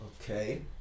okay